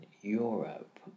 Europe